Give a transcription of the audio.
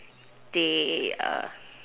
they err